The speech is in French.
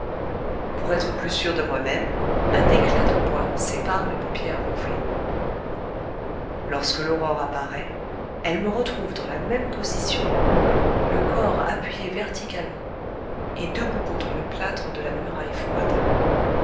pour être plus sûr de moi-même un éclat de bois sépare mes paupières gonflées lorsque l'aurore apparaît elle me retrouve dans la même position le corps appuyé verticalement et debout contre le plâtre de la muraille froide